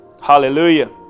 hallelujah